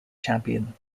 champion